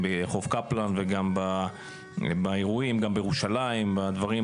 ברחוב קפלן וגם באירועים בירושלים וכולי.